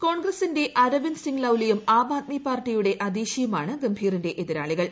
കോൺഗ്രസിന്റെ അരവിന്ദർ സിങ് ലൌലിയും ആം ആദ്മി പാർട്ടിയുടെ അദീഷിയുമാണ് ഗംഭീറിന്റെ എതിരാളികൾ